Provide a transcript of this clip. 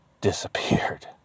Disappeared